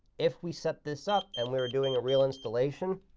if we set this up, and we were doing a real installation,